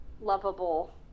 lovable